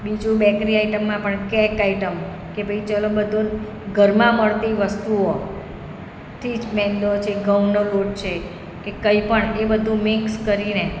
બીજું બેકરી આઈટમમાં પણ કેક આઈટમ કે ભાઈ ચાલો બધું ઘરમાં મળતી વસ્તુઓથી જ મેંદો છે ઘઉંનો લોટ છે કે કંઈ પણ એ બધું મિક્સ કરીને